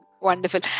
wonderful